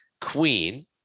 Queen